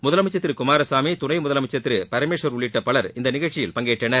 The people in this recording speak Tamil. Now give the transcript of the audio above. முதலமைச்சர் திரு குமாரசாமி துணை முதலமைச்சர் திரு பரமேஸ்வர் உள்ளிட்ட பவர் இந்த நிகழ்ச்சியில் பங்கேற்றனர்